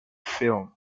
film